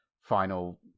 final